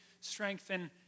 strengthen